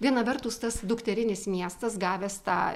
viena vertus tas dukterinis miestas gavęs tą